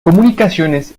comunicaciones